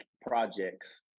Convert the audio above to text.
projects